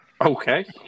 Okay